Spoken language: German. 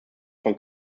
von